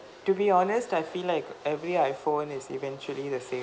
to be honest I feel like every iphone is eventually the same